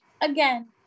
again